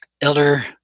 Elder